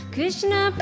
Krishna